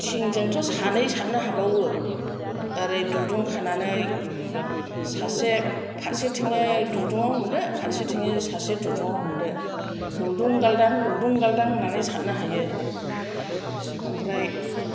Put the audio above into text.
थिंजोंथ' सानै साथनो हाबावो ओरै दुरुं खानानै सासे फारसेथिङै दुरुङाव हमदो फारसेथिङै सासे दुरुङाव हमदो गुलदुं गालदां गुलदुं गालदां होननानै साथनो हायो ओमफ्राय